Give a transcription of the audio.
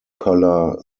color